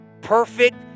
Perfect